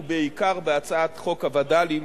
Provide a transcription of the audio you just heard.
ובעיקר בהצעת חוק הווד"לים,